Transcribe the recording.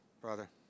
Brother